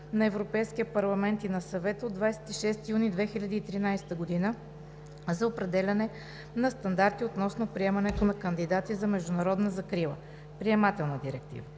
на Европейския парламент и на Съвета от 26 юни 2013 г. за определяне на стандарти относно приемането на кандидати за международна закрила (Приемателна директива)